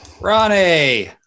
Ronnie